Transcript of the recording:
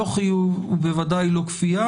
לא חיוב ובוודאי לא כפייה,